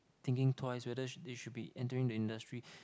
thinking twice whether should they should be entering the industry